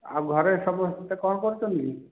ଆଉ ଘରେ ସମସ୍ତେ କ'ଣ କରୁଛନ୍ତି